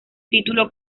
título